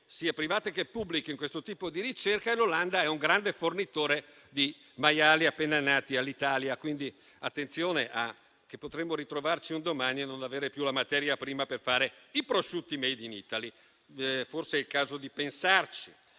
sia private che pubbliche, in questo tipo di ricerca ed è un grande fornitore di maiali appena nati all'Italia. Attenzione, dunque, perché potremmo ritrovarci, un domani, a non avere più la materia prima per fare prosciutti *made in Italy*. Forse è il caso di pensarci.